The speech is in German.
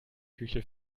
küche